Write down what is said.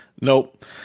Nope